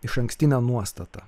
išankstinę nuostatą